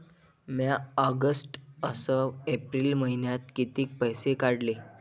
म्या ऑगस्ट अस एप्रिल मइन्यात कितीक पैसे काढले?